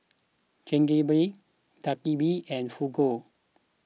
Chigenabe Dak Galbi and Fugu